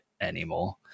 anymore